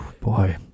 Boy